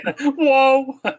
Whoa